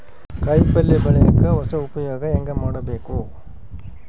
ಕಾಯಿ ಪಲ್ಯ ಬೆಳಿಯಕ ಹೊಸ ಉಪಯೊಗ ಹೆಂಗ ಮಾಡಬೇಕು?